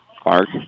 Clark